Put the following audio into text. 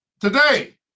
Today